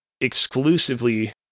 exclusively